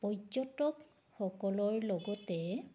পৰ্যটকসকলৰ লগতে